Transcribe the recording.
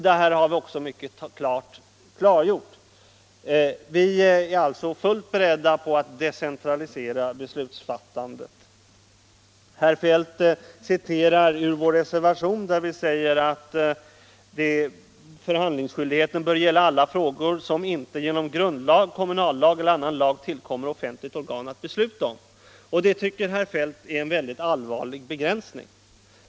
Det har vi också klargjort. Vi är alltså fullt beredda att decentralisera beslutsfattandet. Herr Feldt citerar vår reservation där vi säger att primär förhandlingsskyldighet m.m. ”bör därför gälla alla frågor som inte genom grundlag, kommunallag eller annan lag tillkommer offentligt organ att besluta om”. Detta tycker herr Feldt är en mycket allvarlig begränsning.